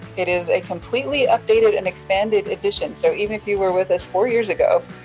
it is a completely updated and expanded edition, so even if you were with us four years ago,